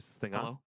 Hello